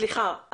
סליחה.